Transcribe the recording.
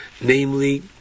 Namely